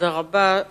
תודה רבה.